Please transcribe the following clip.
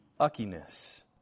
uckiness